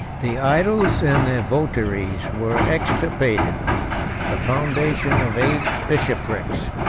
the idols and their votaries were extirpated the foundation of eight bishoprics,